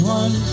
one